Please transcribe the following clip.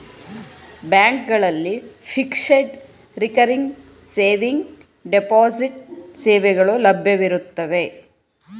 ಬ್ಯಾಂಕ್ಗಳಲ್ಲಿ fixed, recurring saving, deposit ಸೇವೆಗಳು ಲಭ್ಯವಿರುತ್ತವೆ